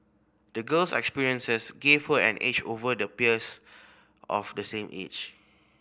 the girl's experiences gave her an edge over the peers of the same age